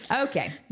Okay